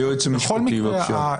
בכל מקרה,